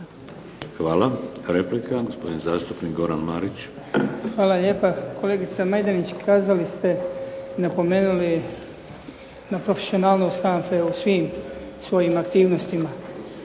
Hvala. Replika, gospodin zastupnik Goran Marić. **Marić, Goran (HDZ)** Hvala lijepa. Kolegice Majdenić kazali ste i napomenuli na profesionalnost HANFA-e u svim svojim aktivnostima.